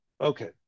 okay